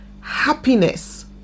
happiness